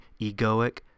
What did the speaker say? egoic